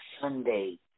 Sunday